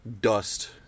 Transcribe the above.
dust